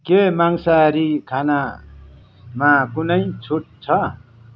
के मांसाहारी खानामा कुनै छुट छ